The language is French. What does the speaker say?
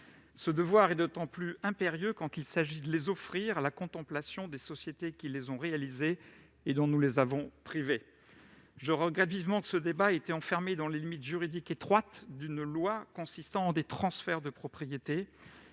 Ce devoir est d'autant plus impérieux quand il s'agit de les offrir à la contemplation des sociétés qui les ont réalisés et que nous en avons privées. Je regrette vivement que ce débat ait été enfermé dans les limites juridiques étroites d'un texte consistant en des transferts de propriété.